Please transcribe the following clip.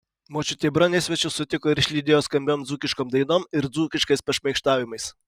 močiutė bronė svečius sutiko ir išlydėjo skambiom dzūkiškom dainom ir dzūkiškais pašmaikštavimais